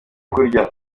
kurya